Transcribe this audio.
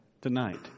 tonight